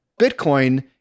Bitcoin